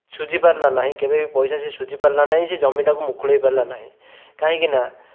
ଶୁଝିପାରିଲା ନାହିଁ କେବେ ବି ପଇସା ସେ ଶୁଝିପାରିଲା ନାହିଁ ସେ ଜମିଟାକୁ ମୁକୁଳେଇ ପାରିଲା ନାହିଁ କାହିଁକିନା